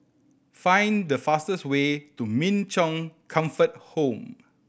find the fastest way to Min Chong Comfort Home